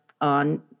on